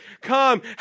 Come